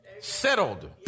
Settled